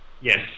Yes